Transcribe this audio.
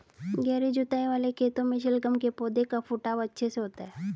गहरी जुताई वाले खेतों में शलगम के पौधे का फुटाव अच्छे से होता है